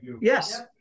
Yes